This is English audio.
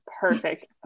Perfect